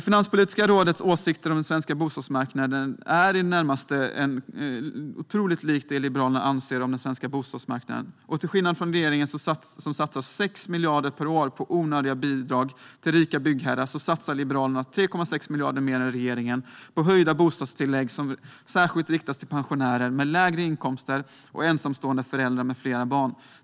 Finanspolitiska rådets åsikter om den svenska bostadsmarknaden liknar mycket det som Liberalerna anser om den svenska bostadsmarknaden. Till skillnad från regeringen, som satsar 6 miljarder per år på onödiga bidrag till rika byggherrar, satsar Liberalerna 3,6 miljarder mer än regeringen på höjda bostadstillägg som särskilt riktas till pensionärer med lägre inkomster och till ensamstående föräldrar med flera barn.